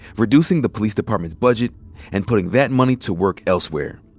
reducing the police department's budget and putting that money to work elsewhere.